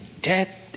death